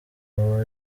aba